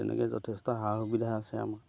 তেনেকৈ যথেষ্ট সা সুবিধা আছে আমাৰ